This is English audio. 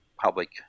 public